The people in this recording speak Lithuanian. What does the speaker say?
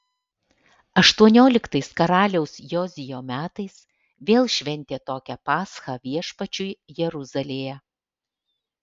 aštuonioliktais karaliaus jozijo metais vėl šventė tokią paschą viešpačiui jeruzalėje